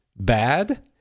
bad